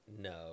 No